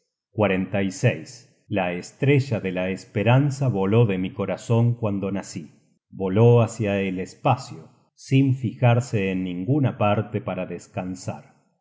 la estrella de la esperanza voló de mi corazon cuando nací voló hácia el espacio sin fijarse en ninguna parte para descansar